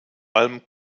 allem